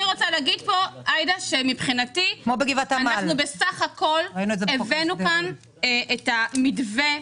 מבחינתי אנחנו בסך הכול הבאנו לכאן את המתווה,